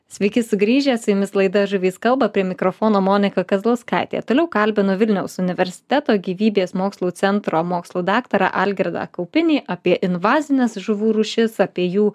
sveiki sugrįžę su jumis laida žuvys kalba prie mikrofono monika kazlauskaitė toliau kalbinu vilniaus universiteto gyvybės mokslų centro mokslų daktarą algirdą kaupinį apie invazines žuvų rūšis apie jų